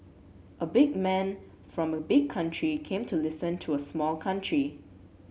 a big man from a big country came to listen to a small country